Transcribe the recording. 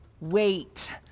Wait